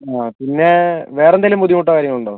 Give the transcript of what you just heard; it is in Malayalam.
പിന്നെ വേറെന്തെങ്കിലും ബുദ്ധിമുട്ടോ കാര്യങ്ങളോ ഉണ്ടോ